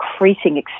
increasing